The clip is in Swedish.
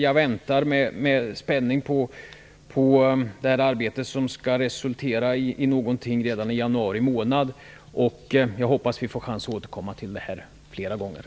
Jag väntar med spänning på det arbete som skall resultera i någonting redan i januari månad, och jag hoppas att vi får chansen att återkomma till det här flera gånger.